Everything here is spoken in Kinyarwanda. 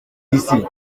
isi